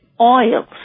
oils